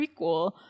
prequel